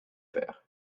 fer